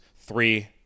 three